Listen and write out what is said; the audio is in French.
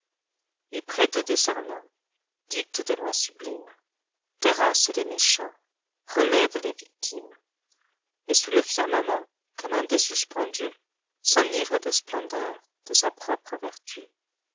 il prête des serments dicte des lois sublimes terrasse les méchants relève les victimes et sous le firmament comme un dais suspendus'enivre des splendeurs ae sa propre vertu